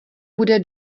bude